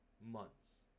months